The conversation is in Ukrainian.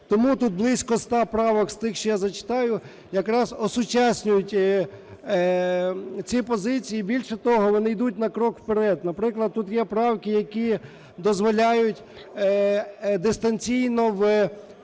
Тому тут близько ста правок з тих, що я зачитаю, якраз осучаснюють ці позиції. Більше того, вони йдуть на крок вперед. Наприклад, тут є правки, які дозволяють дистанційно в